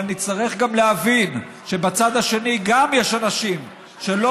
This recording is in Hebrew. אבל נצטרך גם להבין שבצד השני גם יש אנשים שלא